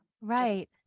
Right